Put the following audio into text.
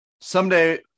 Someday